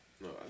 No